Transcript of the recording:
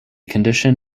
condition